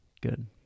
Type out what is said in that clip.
good